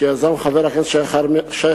שיזם חבר הכנסת שי חרמש,